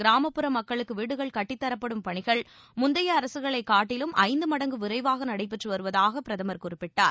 கிராமப்புற மக்களுக்கு வீடுகள் கட்டித்தரப்படும் பணிகள் முந்தைய அரசுகளை காட்டிலும் ஐந்து மடங்கு விரைவாக நடைபெற்று வருவதாக பிரதமர் குறிப்பிட்டார்